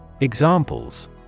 Examples